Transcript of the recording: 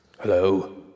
Hello